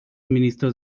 ministros